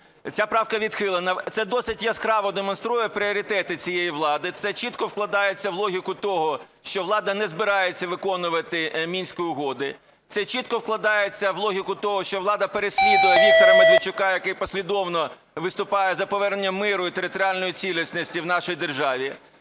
Ця правка відхилена. Це досить яскраво демонструє пріоритети цієї влади, це чітко вкладається в логіку того, що влада не збирається виконувати Мінські угоди, це чітко вкладається в логіку того, що влада переслідує Віктора Медведчука, який послідовно виступає за повернення миру і територіальної цілісності в нашій державі.